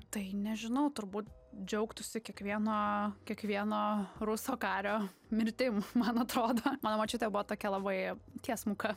tai nežinau turbūt džiaugtųsi kiekvieno kiekvieno ruso kario mirtim man atrodo mano močiutė buvo tokia labai tiesmuka